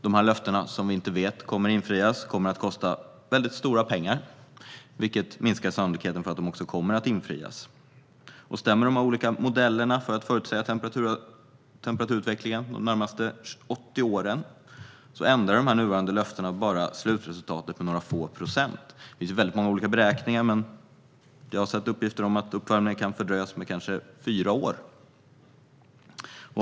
De här löftena, varom vi alltså inte vet om de kommer att infrias, kommer att kosta väldigt stora pengar, vilket också minskar sannolikheten för att de kommer att infrias. Stämmer de olika modellerna för att förutsäga temperaturutvecklingen de närmaste 80 åren ändrar de nuvarande löftena bara slutresultatet med några få procent. Det finns väldigt många olika beräkningar, men jag har sett uppgifter om att uppvärmningen kan fördröjas med kanske fyra år.